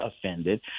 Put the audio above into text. offended